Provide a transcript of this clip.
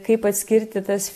kaip atskirti tas